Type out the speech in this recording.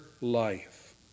life